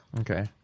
Okay